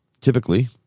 typically